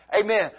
Amen